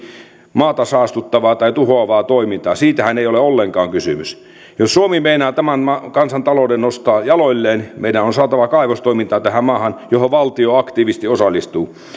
maata saastuttavaa tai tuhoavaa toimintaa siitähän ei ole ollenkaan kysymys jos suomi meinaa tämän kansantalouden nostaa jaloilleen meidän on saatava tähän maahan kaivostoimintaa johon valtio aktiivisesti osallistuu